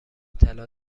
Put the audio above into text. طلا